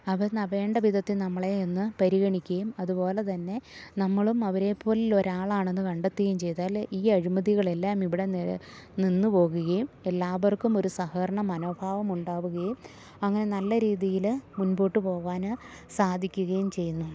അവർ ന വേണ്ട വിധത്തിൽ നമ്മളേയൊന്ന് പരിഗണിക്കുകയും അതുപോലെ തന്നെ നമ്മളും അവരെ പോലെ ഒരാളാണെന്ന് കണ്ടെത്തുകയും ചെയ്താല് ഈ അഴിമതികളെല്ലാമിവിടെ നില് നിന്ന് പോകുകയും എല്ലാവർക്കുമൊരു സഹകരണ മനോഭാവം ഉണ്ടാവുകയും അങ്ങനെ നല്ല രീതിയില് മുൻപോട്ട് പോകാന് സാധിക്കുകയും ചെയ്യുന്നു